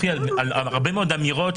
השוויון שעליו אנחנו מדברים בהקשר הזה,